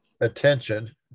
attention